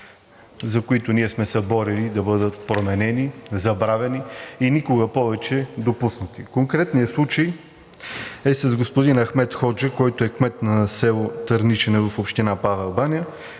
за които ние сме се борили да бъдат променени, забравени и никога повече допуснати. Конкретният случай е с господин Ахмед Ходжа, който е кмет на село Търничене в община Павел баня,